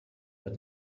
but